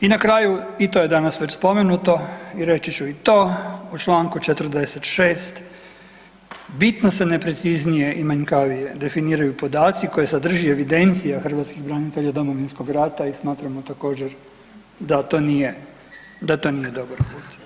I na kraju, i to je danas već spomenuto i reći ću i to, u čl. 46. bitno se nepreciznije i manjkavije definiraju podaci koje sadrži evidencija hrvatskih branitelja Domovinskog rata i smatramo također da to nije dobar put.